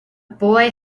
boy